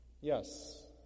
Yes